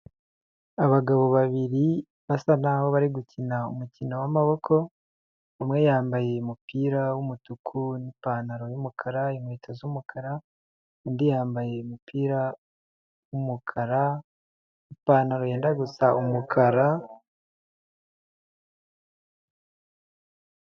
Abagabo babiri basa naho bari gukina umukino w'amaboko umwe yambaye umupira w'umutuku n'ipantaro y'umukara, inkweto z'umukara, undi yambaye umupira w'umukara n'ipantaro yenda gusa umukara.